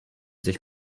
sich